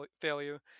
failure